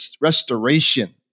restoration